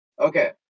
Okay